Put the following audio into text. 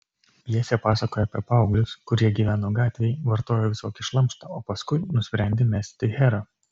pjesė pasakoja apie paauglius kurie gyveno gatvėj vartojo visokį šlamštą o paskui nusprendė mesti herą